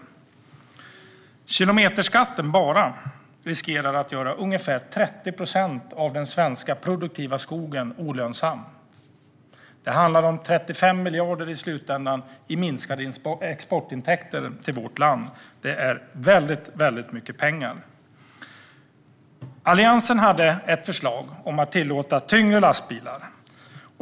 Bara kilometerskatten riskerar att göra ungefär 30 procent av den svenska produktiva skogen olönsam. Det handlar i slutändan om 35 miljarder i minskade exportintäkter till vårt land. Det är väldigt mycket pengar. Alliansen hade ett förslag om att tillåta tyngre lastbilar.